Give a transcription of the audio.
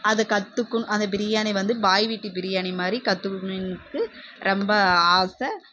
அதை கற்றுக்குணும் அந்த பிரியாணி வந்து பாய் வீட்டு பிரியாணி மாதிரி கற்றுக்கணுன்ட்டு ரொம்ப ஆசை